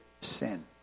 sin